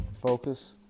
Focus